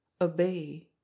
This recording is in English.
obey